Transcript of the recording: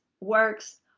works